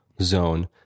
zone